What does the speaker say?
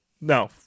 No